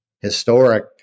historic